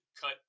cut